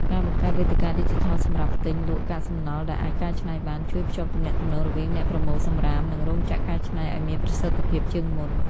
ការបង្កើតវេទិកាឌីជីថលសម្រាប់ទិញ-លក់កាកសំណល់ដែលអាចកែច្នៃបាន ជួយភ្ជាប់ទំនាក់ទំនងរវាងអ្នកប្រមូលសំរាម និងរោងចក្រកែច្នៃឱ្យមានប្រសិទ្ធភាពជាងមុន។